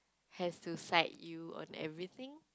has to side you on everything